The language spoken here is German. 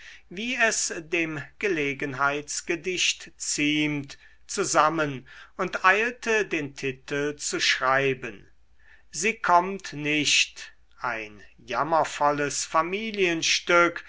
wie es dem gelegenheitsgedicht ziemt zusammen und eilte den titel zu schreiben sie kommt nicht ein